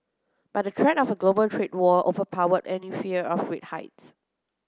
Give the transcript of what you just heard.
but the threat of a global trade war overpowered any fear of rate hikes